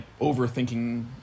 overthinking